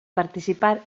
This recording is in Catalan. participar